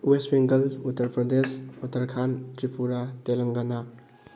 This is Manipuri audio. ꯋꯦꯁ ꯕꯦꯡꯒꯜ ꯎꯠꯇꯔ ꯄ꯭ꯔꯗꯦꯁ ꯎꯠꯇꯔꯈꯥꯟ ꯇ꯭ꯔꯤꯄꯨꯔꯥ ꯇꯦꯂꯪꯒꯅꯥ